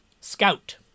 Scout